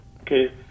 okay